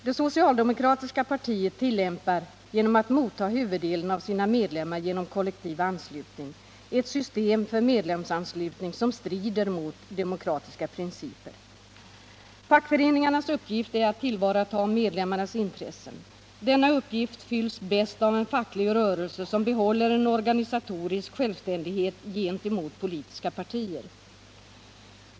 Det socialdemokratiska partiet tillämpar, genom att motta huvuddelen av sina medlemmar genom kollektiv anslutning, ett system för medlemsanslutning som strider mot demokratiska principer. Fackföreningarnas uppgift är att tillvarata medlemmarnas intressen. Denna uppgift fylls bäst av en facklig rörelse som behåller en organisatorisk självständighet gentemot politiska partier.